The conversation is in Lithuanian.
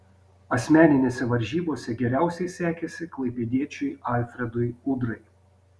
asmeninėse varžybose geriausiai sekėsi klaipėdiečiui alfredui udrai